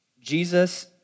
Jesus